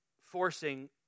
Forcing